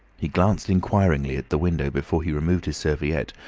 he glanced inquiringly at the window before he removed his serviette,